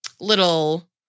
little